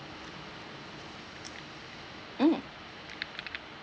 mm